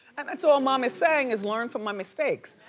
and that's all mom is saying is learn from my mistakes.